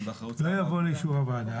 שהן באחריות שר העבודה --- לא יבוא לאישור הוועדה,